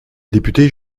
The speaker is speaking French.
députée